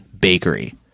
Bakery